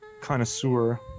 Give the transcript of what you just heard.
connoisseur